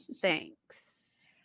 Thanks